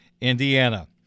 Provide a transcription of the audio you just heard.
Indiana